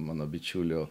mano bičiuliu